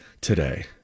today